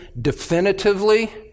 definitively